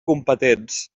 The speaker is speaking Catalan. competents